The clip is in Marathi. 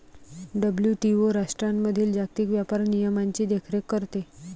डब्ल्यू.टी.ओ राष्ट्रांमधील जागतिक व्यापार नियमांची देखरेख करते